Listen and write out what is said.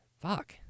Fuck